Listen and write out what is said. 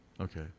Okay